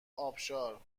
آبشار